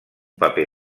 paper